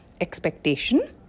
expectation